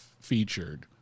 featured